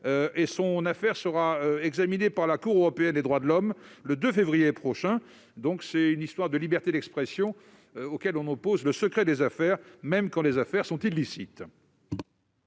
bat. Son affaire sera examinée par la Cour européenne des droits de l'homme le 2 février prochain. Il est question, ici, de liberté d'expression, à laquelle on oppose le secret des affaires, et ce même quand celles-ci sont illicites.